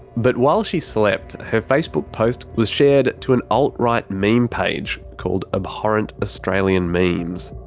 but while she slept, her facebook post was shared to an alt-right meme page called abhorrent australian memes.